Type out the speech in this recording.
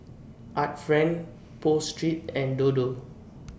Art Friend Pho Street and Dodo